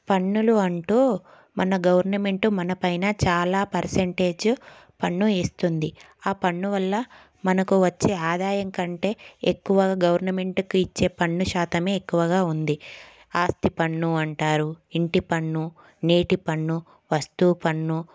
పన్నులు అంటు మన గవర్నమెంటు మనపైన చాలా పర్సెంటేజ్ పన్ను ఇస్తుంది ఆ పన్ను వల్ల మనకు వచ్చే ఆదాయం కంటే ఎక్కువ గవర్నమెంట్కు ఇచ్చే పన్ను శాతం ఎక్కువగా ఉంది ఆస్తి పన్ను అంటారు ఇంటి పన్ను నీటి పన్ను వస్తువు పన్ను